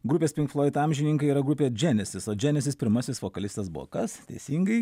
grupės pink floid amžininkai yra grupė dženesis o dženesis pirmasis vokalistas buvo kas teisingai